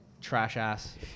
Trash-ass